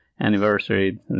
anniversary